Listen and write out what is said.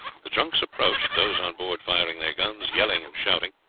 the junks approached, those on board firing their guns, yelling and shouting,